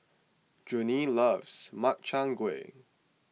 Junie loves Makchang Gui